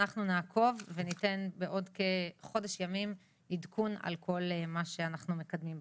אנחנו נעקוב וניתן בעוד כחודש ימים עדכון על כל מה שאנחנו מקדמים בתחום.